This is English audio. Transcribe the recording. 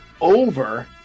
over